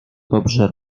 dobrze